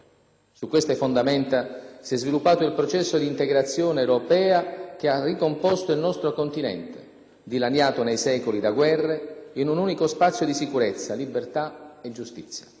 Su queste fondamenta si è sviluppato il processo di integrazione europea che ha ricomposto il nostro continente, dilaniato nei secoli da guerre, in un unico spazio di sicurezza, libertà e giustizia.